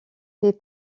fait